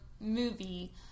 movie